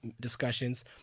discussions